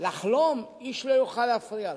לחלום איש לא יוכל להפריע לנו,